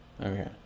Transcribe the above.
Okay